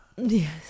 yes